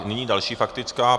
Nyní další faktická.